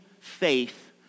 Faith